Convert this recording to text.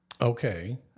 Okay